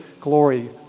glory